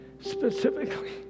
Specifically